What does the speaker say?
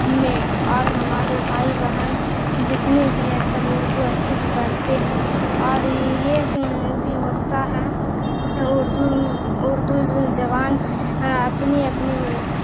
میں اور ہمارے بھائی بہن جتنے بھی ہے سب اردو اچھے سے پڑھتے ہیں اور یہ بھی ہوتا ہے اردو اردو زبان اپنی اپنی